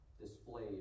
displayed